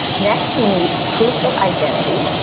next, you need proof of identity.